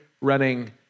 running